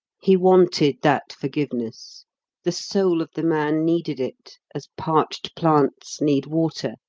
he wanted that forgiveness the soul of the man needed it, as parched plants need water.